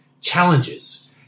challenges